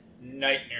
nightmare